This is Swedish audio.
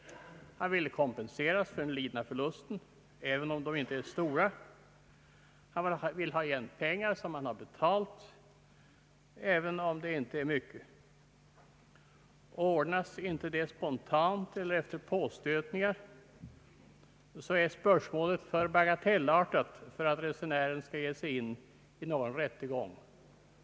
Han vill ha kompensation för den lidna förlusten, även om den inte är stor. Han vill ha tillbaka de pengar som han har betalt, även om det inte är mycket. Ordnas det inte spontant eller efter påstötningar, är spörsmålet för bagatellartat för att resenären skall ge sig in 1 någon rättegång.